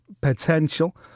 Potential